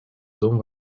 дом